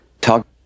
talk